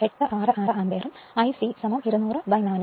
866 ആമ്പിയറും I c 200400 ഉം